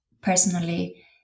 personally